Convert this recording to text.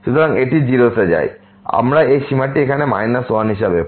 সুতরাং এটি 0 তে যায় এবং আমরা এই সীমাটি এখানে 1 হিসাবে পাই